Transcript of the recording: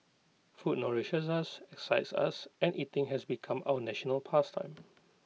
food nourishes us excites us and eating has become our national past time